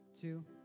two